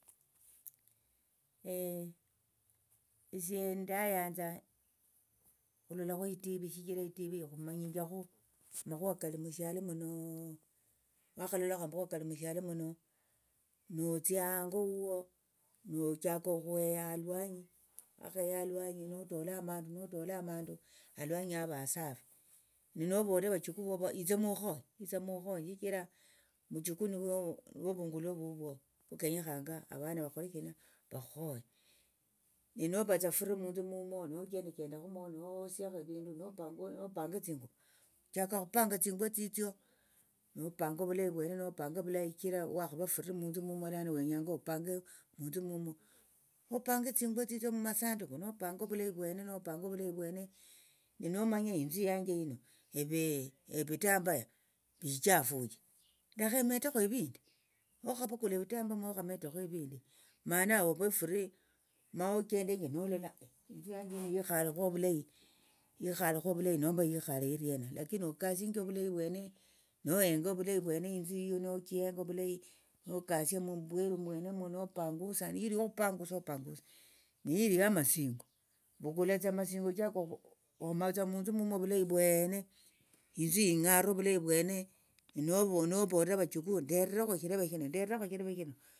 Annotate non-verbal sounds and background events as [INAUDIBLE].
[HESITATION] esie ndayanza okhulolakhu itivi shichira itivi ikhumanyinjakhu amakhuwa kali mushialo muno wakhalolakhu amakhuwa kali mushialo muno notsia hango huo nochaka okhweya halwanyi wakheya alwanyi notola amandu notola amandu halwanyi hava asafi ninovolera avachukuu vuvo hitsa mukhonye hitsa mukhonye shichira muchukuu nivyo nivyo ovungulo vuvwo vukenyekhanga avana vakhole shina vakhukhonye ninovatsa free munthu mumwo nochenda chenda khumwo nowosiakhu evindu nopanga tsinguvo ochaka okhupanga tsinguvo tsitsio nopanga vulahi vwene nopanga vulahi shichira shichira wakhava free munthu mumwo lano wenyanga opange munthu mumwo nopanga tsinguvo tsitsio mumasanduku nopanga ovulayi vwene nopanga ovulayi vwene ninomanya inthu yanje hino evi evitambaya vichafuche lekha emetekho evindi mokhavukule evitambaya mokhametekho evindi ma nawe ove free ma ochendenje nolola [HESITATION] inthu yanje hino yakhalekho ovulayi nomba ikhale iriena lakini okasinjie ovulayi vwene nohenga ovulayi vwene inthu yiyo nochihenga vulayi nokasia mumbweru mwenomo nopangusa niliyokhupangusa opanguse lakini nili ya masingo vukulatsa amasingo chaka okhu homatsa munthu mumwo vulahi vwene inthu ing'are ovulahi vwene nino novolera vachukuu nderakhu eshileve shino ndirakhu eshileve shino.